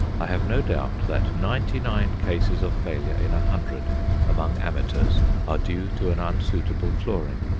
i have no doubt that ninety-nine cases of failure in a hundred among amateurs are due to an unsuitable flooring.